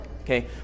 Okay